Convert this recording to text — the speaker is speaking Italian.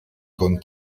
con